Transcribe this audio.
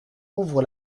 ouvre